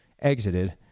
exited